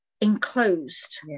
enclosed